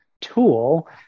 tool